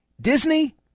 Disney